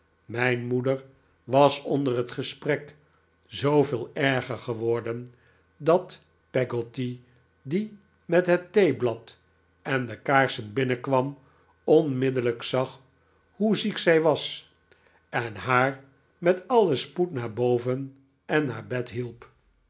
mijn moeder was onder het gesprek zooveel erger geworden dat peggotty die met het theeblad en de kaarsen binnenkwam onmiddellijk zag hoe ziek zij was en haar met alien spoed naar boven en naar bed hielp